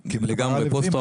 הוא לא הסביר את השאלה